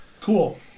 Cool